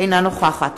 אינה נוכחת